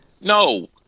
No